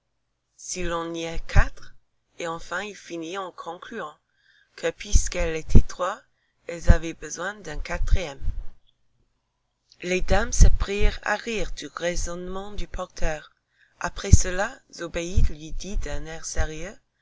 si l'on n'y est quatre et enfin il finit en concluant que puisqu'elles étaient trois elles avaient besoin d'un quatrième les dames se prirent à rire du raisonnement du porteur après cela zobéide